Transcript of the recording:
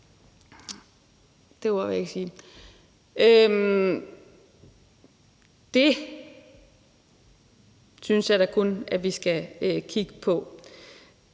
Det synes jeg da kun at vi skal kigge på.